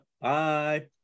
bye